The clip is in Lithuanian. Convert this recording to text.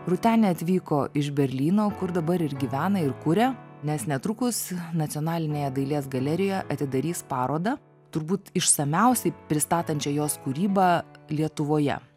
rūtenė atvyko iš berlyno kur dabar ir gyvena ir kuria nes netrukus nacionalinėje dailės galerijoje atidarys parodą turbūt išsamiausiai pristatančią jos kūrybą lietuvoje